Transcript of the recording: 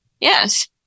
Yes